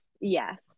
yes